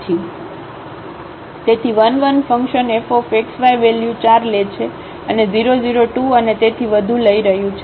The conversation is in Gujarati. તેથી 1 1 ફંક્શન fxy વેલ્યુ 4 લે છે અને 0 0 2 અને તેથી વધુ લઈ રહ્યું છે